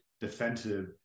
defensive